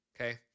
Okay